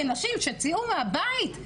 לנשים שהוצאו מהבית,